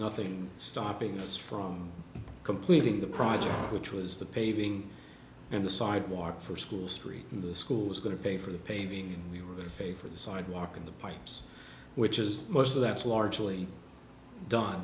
nothing stopping us from completing the project which was the paving and the sidewalk for school street in the school was going to pay for the paving we were the favorite sidewalk in the pipes which is most of that's a largely done